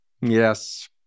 Yes